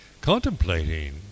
contemplating